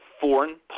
foreign